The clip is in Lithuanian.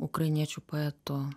ukrainiečių poetų